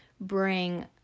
bring